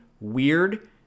weird